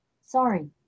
Sorry